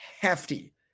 hefty